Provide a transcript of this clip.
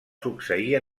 succeir